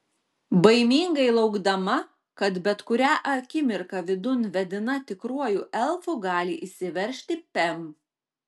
baimingai laukdama kad bet kurią akimirką vidun vedina tikruoju elfu gali įsiveržti pem